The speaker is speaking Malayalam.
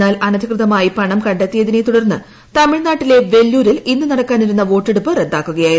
എന്നാൽ അനധികൃതമായി പണം കണ്ടെത്തിയതിനെ തുടർന്ന് തമിഴ്നാട് വെല്ലൂരിൽ ഇന്ന് നടക്കാനിരുന്ന വോട്ടെടുപ്പ് റദ്ദാക്കുകയായിരുന്നു